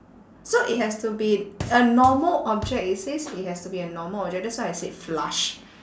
so it has to be a normal object it says it has to be a normal object that's why I said flush